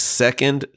second